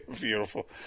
Beautiful